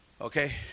Okay